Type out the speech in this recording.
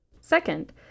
Second